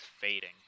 fading